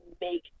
make